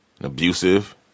abusive